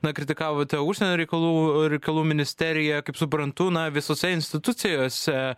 na kritikavote užsienio reikalų reikalų ministeriją kaip suprantu na visose institucijose